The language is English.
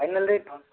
nine hundred